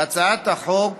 בהצעת החוק